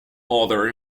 other